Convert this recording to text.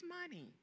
money